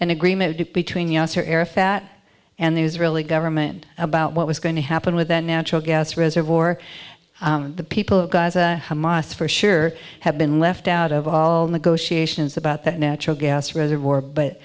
an agreement between yasser arafat and the israeli government about what was going to happen with that natural gas reserve or the people of gaza hamas for sure have been left out of all negotiations about that natural gas reservoir but